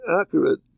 accurate